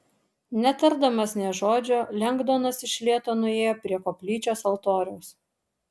netardamas nė žodžio lengdonas iš lėto nuėjo prie koplyčios altoriaus